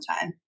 time